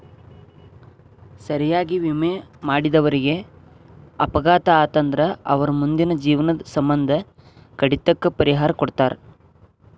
ಸರಿಯಾಗಿ ವಿಮೆ ಮಾಡಿದವರೇಗ ಅಪಘಾತ ಆತಂದ್ರ ಅವರ್ ಮುಂದಿನ ಜೇವ್ನದ್ ಸಮ್ಮಂದ ಕಡಿತಕ್ಕ ಪರಿಹಾರಾ ಕೊಡ್ತಾರ್